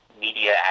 media